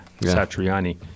Satriani